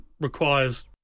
requires